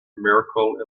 miracle